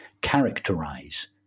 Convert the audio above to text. characterize